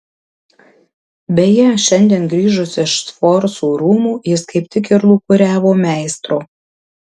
beje šiandien grįžus iš sforzų rūmų jis kaip tik ir lūkuriavo meistro